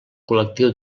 col·lectiu